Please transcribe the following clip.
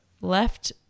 left